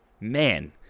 man